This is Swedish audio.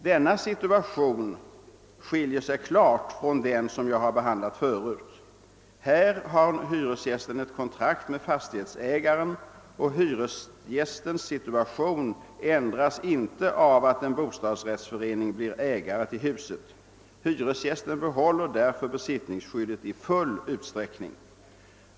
Denna situation skiljer sig klart från den som jag har behandlat förut. Här har hyresgästen ett kontrakt med fastighetsägaren och hyresgästens situation ändras inte av att en bostadsrättsförening blir ägare till huset. Hyresgästen behåller därför besittningsskyddet i full utsträckning.